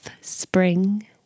spring